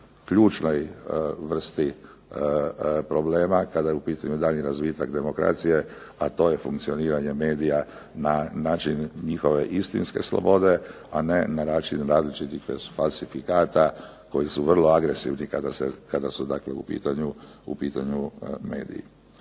ključnoj vrsti problema kada je u pitanju daljnji razvitak demokracije, a to je funkcioniranje medija na način njihove istinske slobode, a na način različitih falsifikata koji su vrlo agresivni kada su u pitanju mediji.